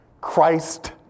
Christ